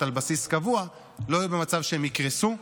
על בסיס קבוע לא יהיו במצב שהם יקרסו.